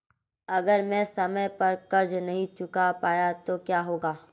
अगर मैं समय पर कर्ज़ नहीं चुका पाया तो क्या होगा?